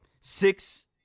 Six